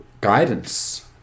guidance